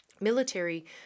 military